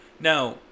Now